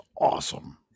awesome